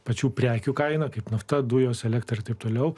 pačių prekių kaina kaip nafta dujos elektra ir taip toliau